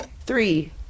Three